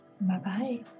bye-bye